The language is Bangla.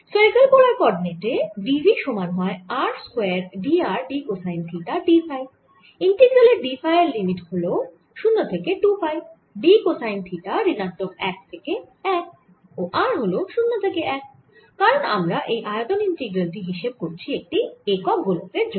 স্ফেরিকাল কোঅরডিনেটে d v সমান হয় r square d r d cosine theta d phi ইন্টিগ্রালের d ফাই এর লিমিট হল 0 থেকে 2 পাই d কোসাইন থিটা ঋণাত্মক 1 থেকে 1 ও r হল 0 থেকে1 কারণ আমরা এই আয়তন ইন্টগ্রাল টি হিসেব করছি একক গোলকের জন্য